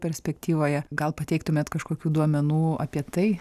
perspektyvoje gal pateiktumėt kažkokių duomenų apie tai